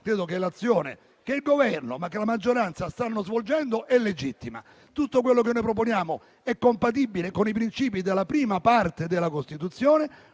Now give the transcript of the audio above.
l'azione che il Governo e la maggioranza stanno svolgendo è legittima. Tutto quello che noi proponiamo è compatibile con i princìpi della prima parte della Costituzione.